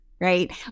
right